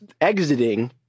exiting